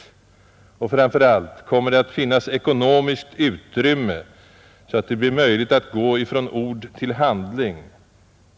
Och Tisdagen den framför allt: Kommer det att finnas ekonomiskt utrymme, så att det blir 27 april 1971 möjligt att gå från ord till handling?